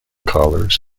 callers